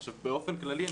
עכשיו באופן כללי,